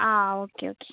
ആ okay okay